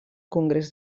congrés